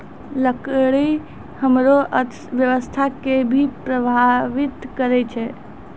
लकड़ी हमरो अर्थव्यवस्था कें भी प्रभावित करै छै